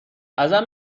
ازم